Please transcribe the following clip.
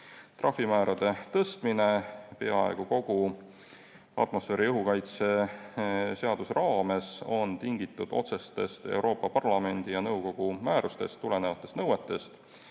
Trahvimäärade tõstmine peaaegu kogu atmosfääriõhu kaitse seaduse raames on tingitud otsestest Euroopa Parlamendi ja nõukogu määrustest tulenevatest nõuetest,